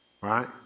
right